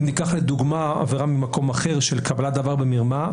אם ניקח לדוגמה עבירה ממקום אחר של קבלת דבר במרמה,